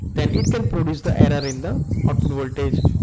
then it can produce the error in the output voltage.